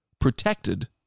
protected